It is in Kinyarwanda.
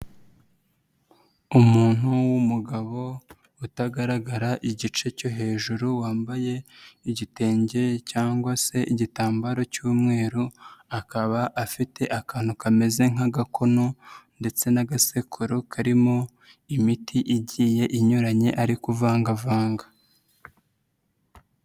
Umuntu w'umugabo utagaragara igice cyo hejuru, wambaye igitenge cyangwa se igitambaro cy'umweru, akaba afite akantu kameze nk'agakono ndetse n'agasekuru karimo imiti igiye inyuranye ari kuvangavanga.